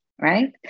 right